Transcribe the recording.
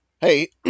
hey